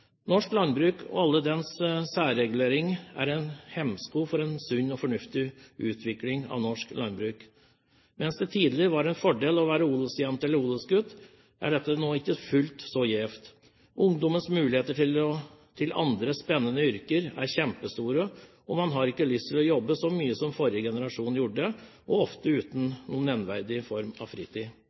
Norsk landbruk og alle dets særreguleringer er en hemsko for en sunn og fornuftig utvikling av norsk landbruk. Mens det tidligere var en fordel å være odelsjente eller odelsgutt, er dette nå ikke fullt så gjevt. Ungdommens muligheter til andre spennende yrker er kjempestore, og man har ikke lyst til å jobbe så mye som forrige generasjon gjorde, ofte uten noen nevneverdig form for fritid.